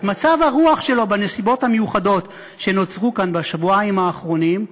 את מצב הרוח שלו בנסיבות המיוחדות שנוצרו כאן בשבועיים האחרונים,